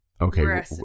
Okay